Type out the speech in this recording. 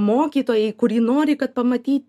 mokytojai kurį nori kad pamatyt